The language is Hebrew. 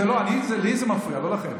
לי זה מפריע, לא לכם.